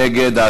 מי נגד?